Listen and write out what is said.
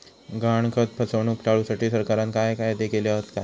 गहाणखत फसवणूक टाळुसाठी सरकारना काय कायदे केले हत काय?